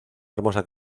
hermosa